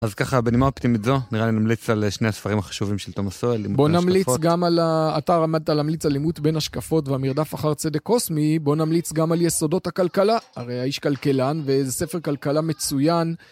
אז ככה, בנימה אופטימית זו, נראה לי נמליץ על שני הספרים החשובים של תומס סועל, לימוד בין השקפות. בוא נמליץ גם על האתר המטה, להמליץ על לימוד בין השקפות והמרדף אחר צדק קוסמי. בוא נמליץ גם על יסודות הכלכלה, הרי האיש כלכלן וזה ספר כלכלה מצוין.